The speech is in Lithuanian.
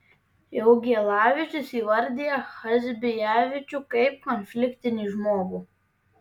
jaugielavičius įvardija chazbijavičių kaip konfliktinį žmogų